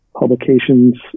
publications